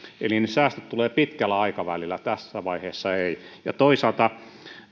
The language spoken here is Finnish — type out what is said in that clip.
eli ne säästöt tulevat pitkällä aikavälillä tässä vaiheessa ei ja toisaalta